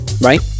Right